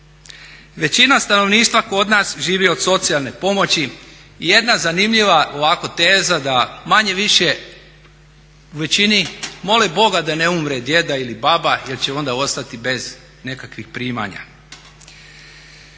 Većina stanovništva kod nas živi od socijalne pomoći. I jedna zanimljiva ovako teza da manje-više u većini mole Boga da ne umre djeda ili baba jer će onda ostati bez nekakvih primanja.